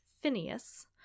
Phineas